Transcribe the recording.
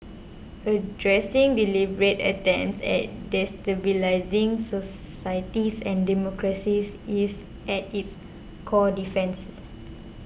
addressing deliberate attempts at destabilising societies and democracies is at its core defences